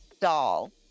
doll